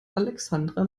alexandra